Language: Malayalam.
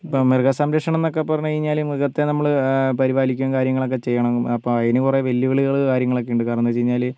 ഇപ്പം മൃഗസംരക്ഷണം എന്നൊക്കെ പറഞ്ഞു കഴിഞ്ഞാൽ മൃഗത്തെ നമ്മൾ പരിപാലിക്കും കാര്യങ്ങളൊക്കെ ചെയ്യണം അപ്പോൾ അതിന് കുറെ വെല്ലുവിളികൾ കാര്യങ്ങളൊക്കെ ഉണ്ട് കാരണന്താന്ന് വെച്ചുകഴിഞ്ഞാൽ